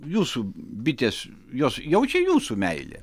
jūsų bitės jos jaučia jūsų meilę